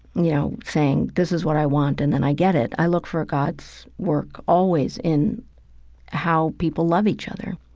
you know, saying this is what i want and then i get it. i look for god's work always in how people love each other,